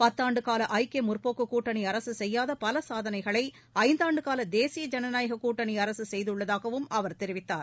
பத்தாண்டு கால ஐக்கிய முற்போக்குக் கூட்டணி அரசு செய்யாத பல சாதனைகளை ஐந்தாண்டு கால தேசிய ஜனநாயக கூட்டணி அரசு செய்துள்ளதாகவும் அவர் தெரிவித்தார்